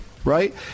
right